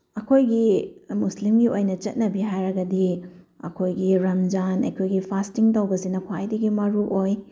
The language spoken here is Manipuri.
ꯑꯩꯈꯣꯏꯒꯤ ꯃꯨꯁꯂꯤꯝꯒꯤ ꯑꯣꯏꯅ ꯆꯠꯅꯕꯤ ꯍꯥꯏꯔꯒꯗꯤ ꯑꯩꯈꯣꯏꯒꯤ ꯔꯝꯖꯥꯟ ꯑꯩꯈꯣꯏꯒꯤ ꯐꯥꯁꯇꯤꯡ ꯇꯧꯕꯍꯁꯤꯅ ꯈ꯭ꯋꯥꯏꯗꯒꯤ ꯃꯔꯨ ꯑꯣꯏ